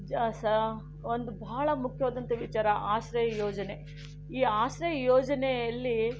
ಜ ಸ ಒಂದು ಬಹಳ ಮುಖ್ಯವಾದಂತಹ ವಿಚಾರ ಆಶ್ರಯ ಯೋಜನೆ ಈ ಆಶ್ರಯ ಯೋಜನೆಯಲ್ಲಿ